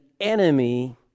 enemy